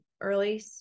early